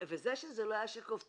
זה שזה לא היה שקוף,